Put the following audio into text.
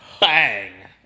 Bang